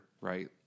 Right